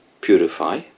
purify